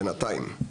בינתיים.